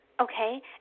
okay